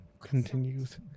continues